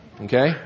Okay